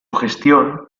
gestión